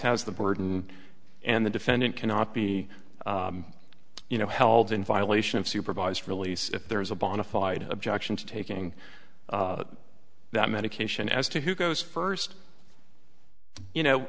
has the burden and the defendant cannot be you know held in violation of supervised release if there is a bonafide objection to taking that medication as to who goes first you know